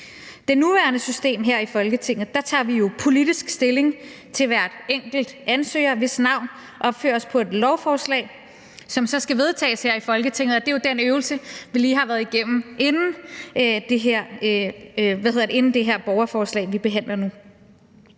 er jo sådan, at vi her i Folketinget tager politisk stilling til hver enkelt ansøger, hvis navn opføres på et lovforslag, som så skal vedtages her i Folketinget, og det er jo den øvelse, vi lige har været igennem inden det her borgerforslag, vi behandler nu.